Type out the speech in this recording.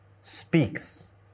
speaks